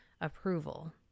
approval